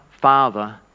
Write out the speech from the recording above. father